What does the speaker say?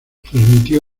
transmitió